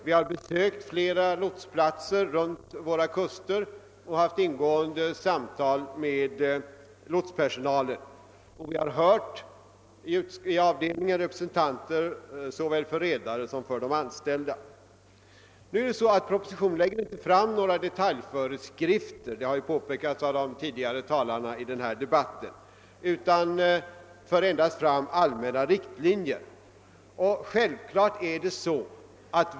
Vi har besökt flera lotsplatser runt kusterna och haft ingående samtal med lotspersonalen, och vi har i avdelningen hört representanter såväl för redare som för de anställda. I propositionen föreslås inte några detaljföreskrifter — det har påpekats av de tidigare talarna i debatten — utan dras endast upp allmänna riktlinjer.